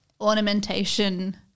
ornamentation